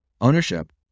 ownership